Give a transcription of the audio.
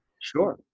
Sure